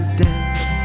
dance